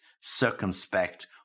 circumspect